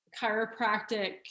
chiropractic